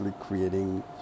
creating